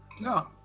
No